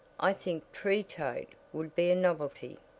i think tree-toad would be a novelty.